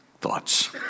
thoughts